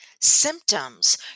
symptoms